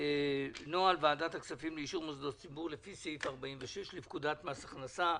על נוהל ועדת הכספים לאישור מוסדות ציבור לפי סעיף 46 לפקודת מס הכנסה.